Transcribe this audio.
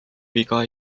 viga